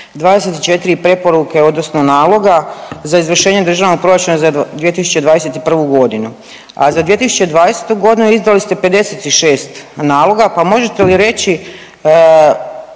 24 preporuke odnosno naloga za izvršenje državnog proračuna za 2021.g., a za 2020.g. izdali ste 56 naloga pa možete li reći